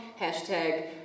hashtag